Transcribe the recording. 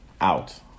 out